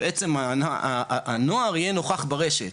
בעצם הנוער יהיה נוכח ברשת,